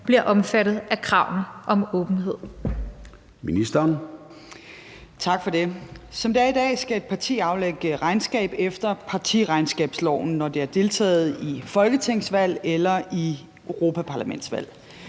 bliver omfattet af kravet om åbenhed?